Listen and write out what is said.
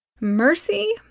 Mercy